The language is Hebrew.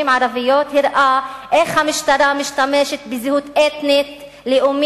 ערביות הראה איך המשטרה משתמשת בזהות אתנית-לאומית,